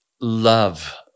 love